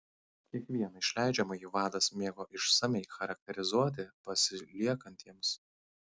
kiekvieną išleidžiamąjį vadas mėgo išsamiai charakterizuoti pasiliekantiems